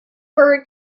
bird